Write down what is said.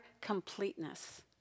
completeness